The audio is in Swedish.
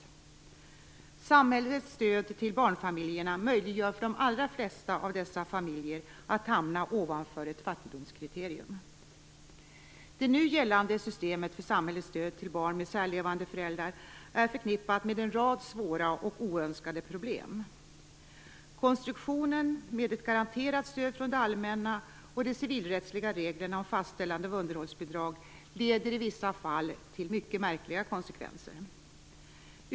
Samhällets stöd till barnfamiljerna möjliggör för de allra flesta av dessa familjer att hamna ovanför ett fattigdomskriterium. Det nu gällande systemet för samhällets stöd till barn med särlevande föräldrar är förknippat med en rad svåra och oönskade problem. Konstruktionen med ett garanterat stöd från det allmänna och de civilrättsliga reglerna om fastställande av underhållsbidrag leder i vissa fall till mycket märkliga konsekvenser.